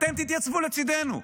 אתם תתייצבו לצידנו.